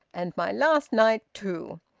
and my last night, too!